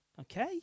Okay